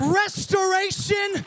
restoration